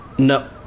No